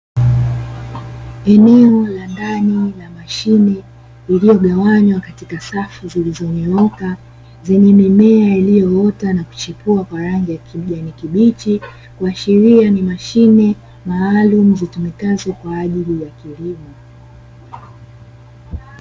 Eneo la ndani la mashine iliyogawanywa katika safu zilizonyooka, zenye mimea iliyoota na kuchipua kwa rangi ya kijani kibichi, kuashiria ni mashine maalumu zitumikazo kwa ajili ya kilimo.